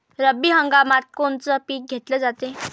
रब्बी हंगामात कोनचं पिक घेतलं जाते?